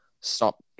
stop